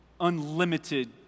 unlimited